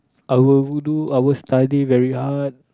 I will do I will study very hard